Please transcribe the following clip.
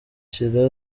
kuvuza